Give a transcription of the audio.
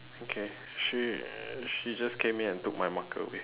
okay she she just came in and took my marker away